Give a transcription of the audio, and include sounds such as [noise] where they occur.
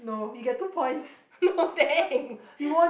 [laughs] no thanks